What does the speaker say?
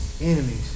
enemies